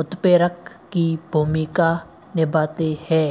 उत्प्रेरक की भूमिका निभाते है